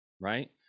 right